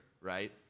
right